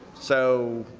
so